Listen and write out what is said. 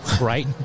Right